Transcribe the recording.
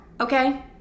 Okay